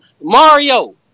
Mario